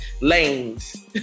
lanes